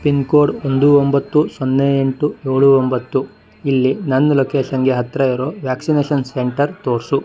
pin code ಒಂದು ಒಂಬತ್ತು ಸೊನ್ನೆ ಎಂಟು ಏಳು ಒಂಬತ್ತುಇಲ್ಲಿ ನಂದು ಲೊಕೇಷನ್ಗೆ ಹತ್ತಿರ ಇರೋ ವ್ಯಾಕ್ಸಿನೇಷನ್ ಸೆಂಟರ್ ತೋರಿಸು